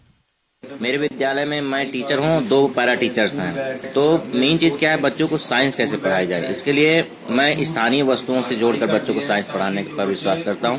bite मैं teacher हूं दो पेरा टीचर्स है तो मेन चीज क्या है कि बच्चों को साइंस कैसे पढ़ाया जाये इसके लिये मैं स्थानीय वस्तुओं से जोड़कर बच्चों को साइंस पढ़ाने में विश्वास करता हूं